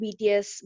BTS